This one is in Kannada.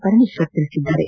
ಪರಮೇಶ್ವರ್ ತಿಳಿಸಿದ್ದಾರೆ